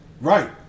Right